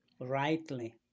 rightly